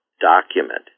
document